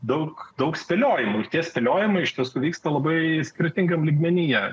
daug daug spėliojimų tie spėliojimai iš tiesų vyksta labai skirtingam lygmenyje